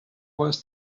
was